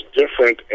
different